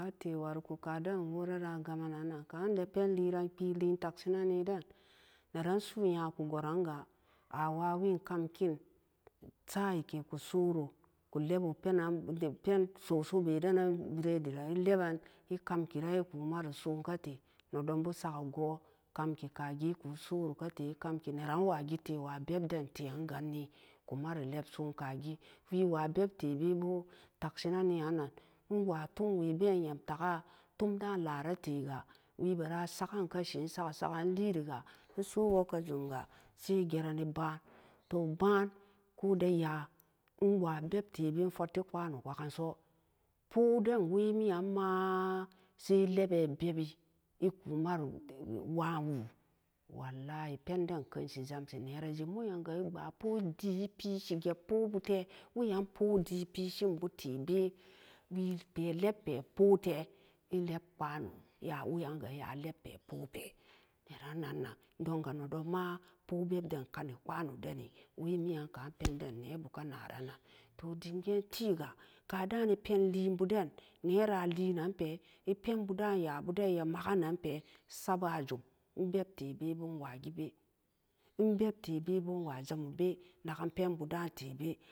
Ate woriko kaden wora-ra gaman-nan-nan ka'an de penliron kpii lien taksi nanii den neran su'u nyaku goranga awawin kamkin sayike kusoro ku lebo penan pensosobe denan birediran eleban ekamki ran iku maro soun kate nedonbo saga goo kamkigi iku soro kate ekamki neran wagite wa bebden te'an ganni ku maro leso'on kagi wii-wa bebtebe-bo takshinani'an-nan in wa tumwe been nyam taga tumda'an larate ga webe-ra saggan kashin insagga sagga enliriga enso wog kajumga sai gerani ba'an to ba'an ko deya enwa bebtebe enfotti kwano nwagganso poolen wemiyan-maa sai elebe bebi eku maro wa'an wu wallahi penden kenshi zamshi nera je mo'un nyamga e-kpaa poo edii epishige poobute weyan poodi pishin botebe wii pe lepe poote enlep kwano ya-weyanga ya-leppe poote neran-nan-nan donga nedonma poo bebden kani kwan denni wemiyon kaan penden nebu kanaran nan to dim veentiga kada'anni penlienbuden neera lien-nanpe epenbudeen yabu den eya maganempe sabajum en-bebtebe-bo nwa gibe enbebtebebo nwa jamobe nagan penbu da'an tebe.